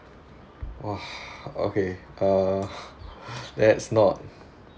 !wah! okay uh let's not